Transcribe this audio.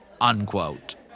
unquote